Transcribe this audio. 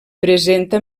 presenta